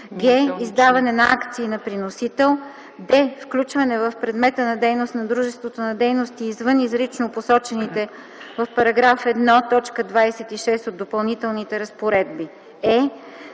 г) издаване на акции на приносител; д) включване в предмета на дейност на дружеството на дейности извън изрично посочените в § 1, т. 26 от Допълнителните разпоредби; е)